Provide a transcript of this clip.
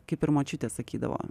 kaip ir močiutė sakydavo